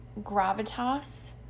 gravitas